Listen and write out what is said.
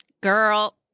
Girl